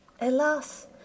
Alas